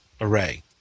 array